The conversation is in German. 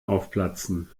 aufplatzen